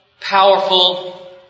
powerful